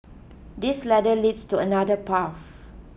this ladder leads to another path